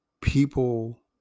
People